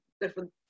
different